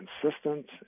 consistent